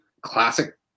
classic